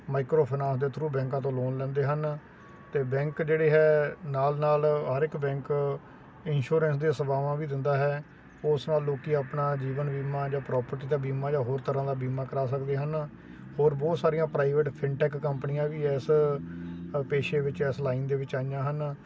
microfinance ਦੇ through ਬੈਂਕਾਂ ਤੋਂ ਲੋਨ ਲੈਂਦੇ ਹਨ ਅਤੇ ਬੈਂਕ ਜਿਹੜੇ ਹੈ ਨਾਲ ਨਾਲ ਹਰ ਇੱਕ ਬੈਂਕ ਇੰਸ਼ੋਰੈਂਸ ਦੀਆਂ ਸੇਵਾਵਾਂ ਵੀ ਦਿੰਦਾ ਹੈ ਉਸ ਨਾਲ ਲੋਕੀਂ ਆਪਣਾ ਜੀਵਨ ਬੀਮਾ ਜਾਂ ਪ੍ਰੋਪਟੀ ਦਾ ਬੀਮਾ ਜਾਂ ਹੋਰ ਤਰ੍ਹਾਂ ਦਾ ਬੀਮਾ ਕਰਵਾ ਸਕਦੇ ਹਨ ਹੋਰ ਬਹੁਤ ਸਾਰੀਆਂ ਪ੍ਰਾਈਵੇਟ ਫਿਨਟੈਕ ਕੰਪਨੀਆਂ ਵੀ ਇਸ ਪੇਸ਼ੇ ਵਿੱਚ ਇਸ ਲਾਈਨ ਦੇ ਵਿੱਚ ਆਈਆਂ ਹਨ